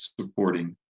supporting